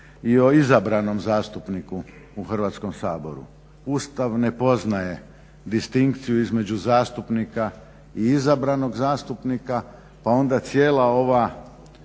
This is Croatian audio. i o izabranom zastupniku u Hrvatskom saboru. Ustav ne poznaje distinkciju između zastupnika i izabranog zastupnika pa onda cijela ova